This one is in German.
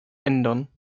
ändern